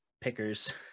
pickers